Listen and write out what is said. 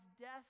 death